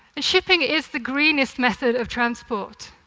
and shipping is the greenest method of transport.